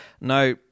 Now